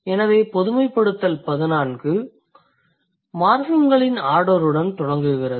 எனவே பொதுமைப்படுத்தல் 14 மார்ஃபிம்களின் ஆர்டருடன் தொடங்குகிறது